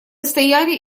стояли